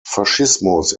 faschismus